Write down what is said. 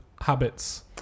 habits